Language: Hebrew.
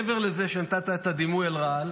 מעבר לזה שנתת את הדימוי של הרעל,